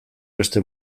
beste